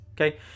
Okay